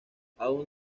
aún